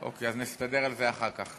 אוקיי, אז נסתדר על זה אחר כך.